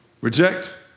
Reject